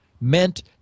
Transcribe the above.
meant